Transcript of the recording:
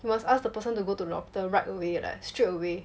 you must ask the person to go to the doctor right away leh straight away